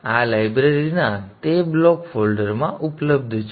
તેથી આ લાઇબ્રેરીના તે બ્લોક ફોલ્ડરમાં ઉપલબ્ધ છે